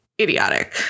Idiotic